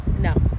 No